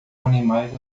animais